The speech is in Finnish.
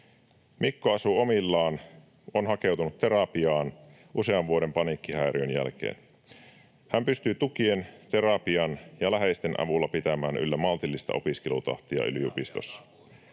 Mikko asuu omillaan ja on hakeutunut terapiaan usean vuoden paniikkihäiriön jälkeen. Hän pystyy tukien, terapian ja läheisten avulla pitämään yllä maltillista opiskelutahtia yliopistossa.